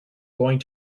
going